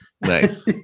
Nice